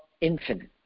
infinite